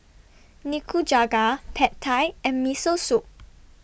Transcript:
Nikujaga Pad Thai and Miso Soup